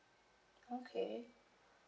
okay